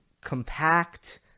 compact